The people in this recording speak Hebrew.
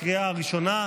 לקריאה הראשונה.